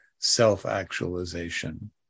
self-actualization